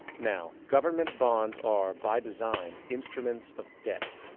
now, government bonds are by design instruments of debt.